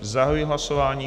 Zahajuji hlasování.